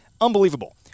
Unbelievable